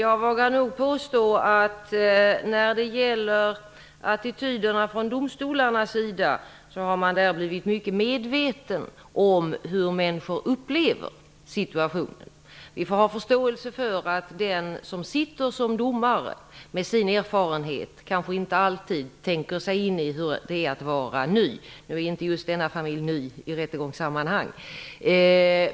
Herr talman! När det gäller attityderna från domstolarnas sida vågar jag nog påstå att man blivit mycket medveten om hur människor upplever situationer. Vi måste ha förståelse för att den som sitter som domare, med sin erfarenhet, kanske inte alltid tänker sig in i hur det är att vara ny i rättegångssammanhang - nu är visserligen just denna familj inte ny i sådana sammanhang.